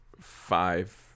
five